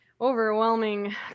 overwhelming